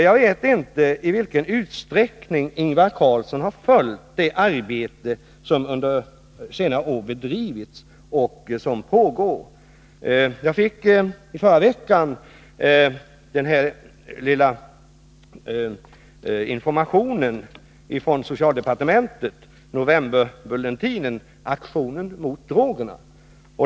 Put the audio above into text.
Jag vet inte i vilken utsträckning Ingvar Carlsson har följt det arbete som under senare år bedrivits och som pågår. Jag fick i förra veckan ett litet informationsblad från socialdepartementet, novemberbulletinen Aktion mot droger.